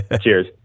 Cheers